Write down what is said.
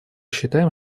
считаем